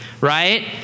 Right